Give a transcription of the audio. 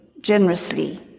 generously